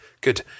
Good